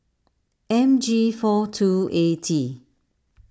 M G four two A T